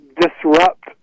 disrupt